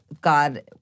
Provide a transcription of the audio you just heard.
God